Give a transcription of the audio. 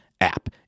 app